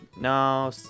no